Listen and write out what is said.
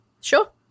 Sure